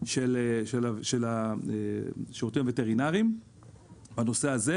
של השירותים הווטרינריים בנושא הזה,